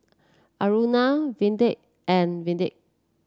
Aruna Vedre and Vedre